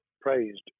praised